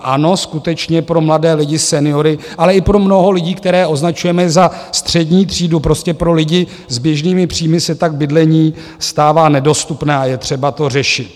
Ano, skutečně pro mladé lidi, seniory, ale i pro mnoho lidí, které označujeme za střední třídu, prostě pro lidi s běžnými příjmy se tak bydlení stává nedostupné a je třeba to řešit.